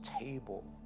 table